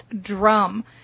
Drum